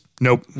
Nope